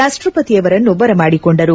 ರಾಷ್ಟಪತಿಯವರನ್ನು ಬರಮಾಡಿಕೊಂಡರು